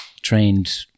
trained